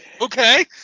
Okay